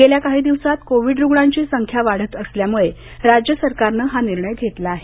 गेल्या काही दिवसात कोविड रुग्णांची संख्या वाढत असल्यामुळे राज्य सरकारनं हा निर्णय घेतला आहे